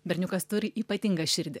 berniukas turi ypatingą širdį